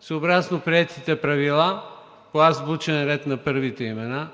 Съобразно приетите правила – по азбучен ред на първите имена,